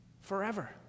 forever